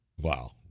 Wow